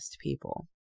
people